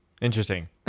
interesting